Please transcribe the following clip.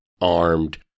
armed